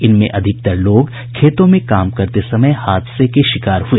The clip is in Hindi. इनमें अधिकतर लोग खेतों में काम करते समय हादसे के शिकार हुए